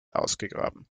ausgegraben